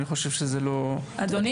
אדוני,